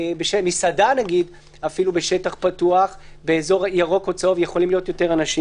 כשמסעדה למשל בשטח פתוח באזור ירוק או צהוב יכולים להיות יותר אנשים?